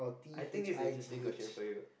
I think this is a interesting question for you